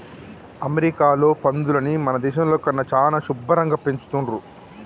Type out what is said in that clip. అమెరికాలో పందులని మన దేశంలో కన్నా చానా శుభ్భరంగా పెంచుతున్రు